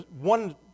one